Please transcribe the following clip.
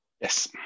Yes